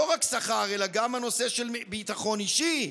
לא רק שכר אלא גם הנושא של ביטחון אישי.